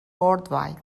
worldwide